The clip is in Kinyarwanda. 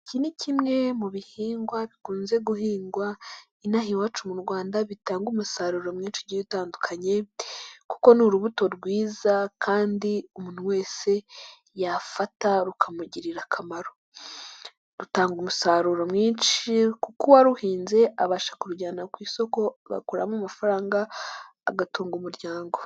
Iki ni kimwe mu bihingwa bikunze guhingwa inaha iwacu mu rwanda bitanga umusaruro mwinshi ugiye utandukanye, kuko ni urubuto rwiza kandi umuntu wese yafata rukamugirira akamaro. Rutanga umusaruro mwinshi kuko uwaruhinze abasha kubijyana ku isoko, agakuramo amafaranga agatunga umuryango.